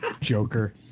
Joker